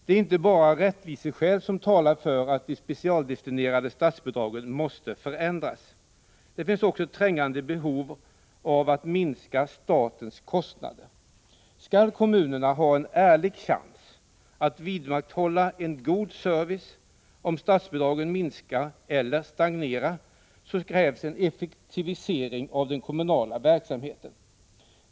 Det är inte bara rättviseskäl som talar för att de specialdestinerade statsbidragen måste förändras. Det finns också ett trängande behov av att minska statens kostnader. Skall kommunerna ha en ärlig chans att vidmakthålla en god service om statsbidragen minskar eller stagnerar, krävs det en effektivisering av den kommunala verksamheten.